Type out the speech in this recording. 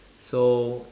so